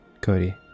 cody